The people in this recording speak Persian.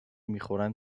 میخورد